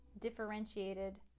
differentiated